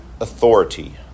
authority